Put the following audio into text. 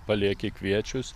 palieki kviečius